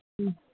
अच्छा